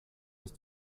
ist